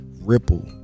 ripple